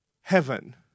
heaven